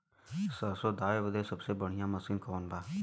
सरसों दावे बदे सबसे बढ़ियां मसिन कवन बा?